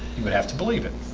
you would have to believe it